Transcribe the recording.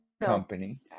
company